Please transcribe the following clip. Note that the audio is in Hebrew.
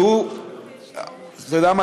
אתם יודעים מה,